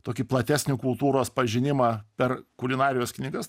tokį platesnį kultūros pažinimą per kulinarijos knygas